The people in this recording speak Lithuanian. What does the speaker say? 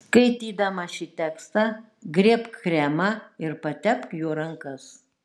skaitydama šį tekstą griebk kremą ir patepk juo rankas